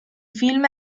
film